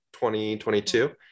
2022